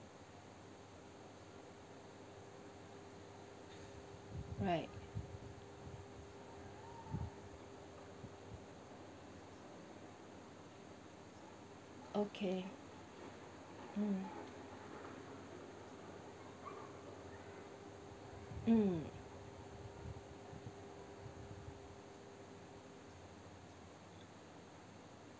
right okay mm mm